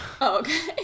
okay